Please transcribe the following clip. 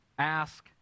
ask